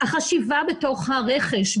החשיבה בתוך הרכש,